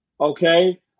Okay